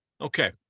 Okay